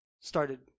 started